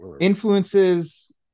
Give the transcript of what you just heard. influences